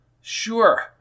Sure